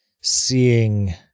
seeing